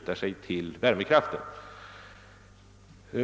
fråga vid värmekraft.